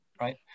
right